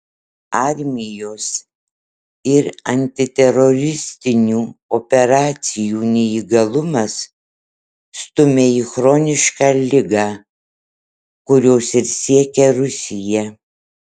armijos ir antiteroristinių operacijų neįgalumas stumia į chronišką ligą kurios ir siekia rusija